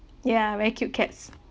ya very cute cats